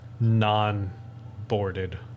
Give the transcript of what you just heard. non-boarded